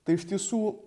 tai iš tiesų